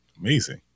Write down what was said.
amazing